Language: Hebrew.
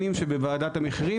לדיונים שבוועדת המחירים,